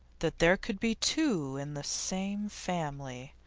that there could be two in the same family,